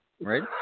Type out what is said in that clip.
right